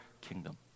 kingdom